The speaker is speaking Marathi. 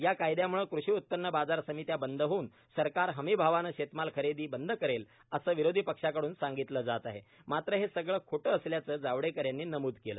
या कायदयामुळे कृषी उत्पन्न बाजार समित्या बंद होऊन सरकार हमीभावानं शेतमाल खरेदी बंद करेल असं विरोधी पक्षांकडून सांगितलं जात आहे मात्र हे सगळं खोटं असल्याचं जावडेकर यांनी नमूद केलं